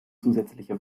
zusätzliche